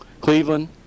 Cleveland